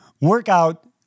workout